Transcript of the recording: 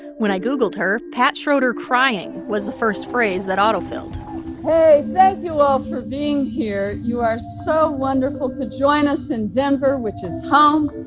when i googled her, pat schroeder crying was the first phrase that auto-filled hey, thank you all for being here. you are so wonderful to join us in denver, which is home,